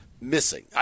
missing